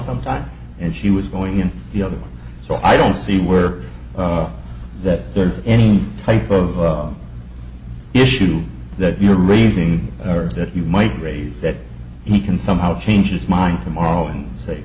sometime and she was going in the other so i don't see where oh that there's any type of issue that you're raising or that you might raise that he can somehow change his mind tomorrow and say